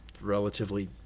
relatively